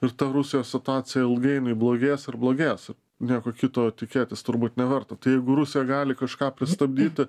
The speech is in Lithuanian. ir ta rusijos situacija ilgainiui blogės ir blogės nieko kito tikėtis turbūt neverta jeigu rusija gali kažką pristabdyti